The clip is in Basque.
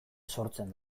sortzen